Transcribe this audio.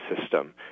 system